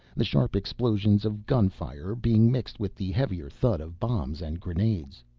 the sharp explosions of gunfire being mixed with the heavier thud of bombs and grenades.